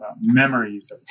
memories